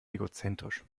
egozentrisch